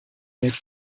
direct